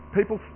People